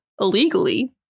illegally